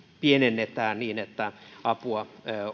pienennetään niin että apua